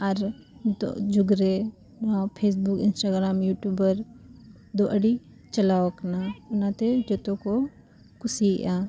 ᱟᱨ ᱱᱤᱛᱳᱜ ᱡᱩᱜᱽᱨᱮ ᱱᱚᱣᱟ ᱯᱷᱮᱥᱵᱩᱠ ᱤᱱᱥᱴᱟᱜᱨᱟᱢ ᱤᱭᱩᱴᱤᱭᱩᱵᱟᱨ ᱫᱚ ᱟᱹᱰᱤ ᱪᱟᱞᱟᱣ ᱟᱠᱟᱱᱟ ᱚᱱᱟᱛᱮ ᱡᱷᱚᱛᱚ ᱠᱚ ᱠᱩᱥᱤᱭᱟᱜᱼᱟ